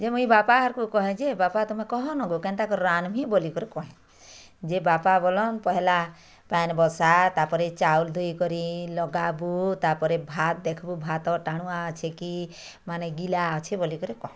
ଯେ ମୁଇଁ ବାପା ହେରକୁ କହେଯେ ବାପା ତମେ କହନଗୋ କେନ୍ତାକରି ରାନ୍ଧ୍ବି ବୋଲିକରି କହେ ଯେ ବାପା ବୋଲନ୍ ପହେଲା ପ୍ୟାନ୍ ବସା ତାପରେ ଚାଉଲ୍ ଧୁଇ କରି ଲଗାବୁ ତାପରେ ଭାତ୍ ଦେଖ୍ବୁ ଭାତ ଟାଣୁଆ ଅଛି କି ମାନେ ଗିଲା ଅଛି ବୋଲିକରି କହ